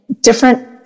different